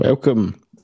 Welcome